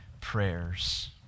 prayers